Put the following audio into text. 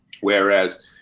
Whereas